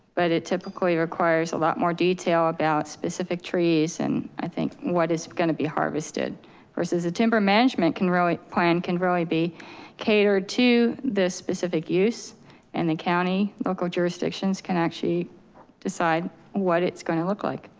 but it typically requires a lot more detail about specific trees. and i think what is gonna be harvested versus a timber management can really plan, can really be catered to the specific use and the county local jurisdictions can actually decide what it's gonna look like.